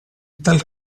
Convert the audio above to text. tal